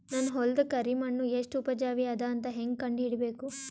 ನನ್ನ ಹೊಲದ ಕರಿ ಮಣ್ಣು ಎಷ್ಟು ಉಪಜಾವಿ ಅದ ಅಂತ ಹೇಂಗ ಕಂಡ ಹಿಡಿಬೇಕು?